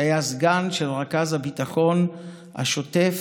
שהיה סגן של רכז הביטחון השוטף